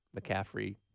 mccaffrey